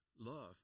love